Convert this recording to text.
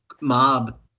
mob